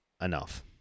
enough